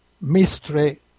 mystery